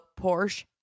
Porsche